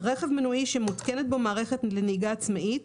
רכב מנועי שמותקנת בו מערכת לנהיגה עצמאית,